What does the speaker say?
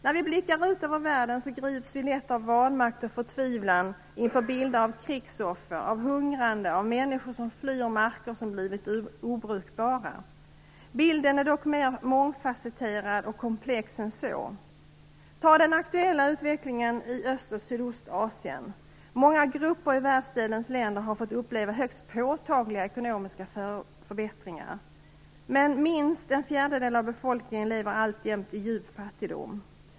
När vi blickar ut över världen grips vi lätt av vanmakt och förtvivlan inför bilder av krigsoffer, av hungrande och av människor som flyr marker som blivit obrukbara. Bilden är dock mer mångfasetterad och komplex än så. Ta den aktuella utvecklingen i Öst och Sydostasien. Många grupper i världsdelens länder har fått uppleva högst påtagliga ekonomiska förbättringar. Men minst en fjärdedel av befolkningen lever alltjämt i djup fattigdom.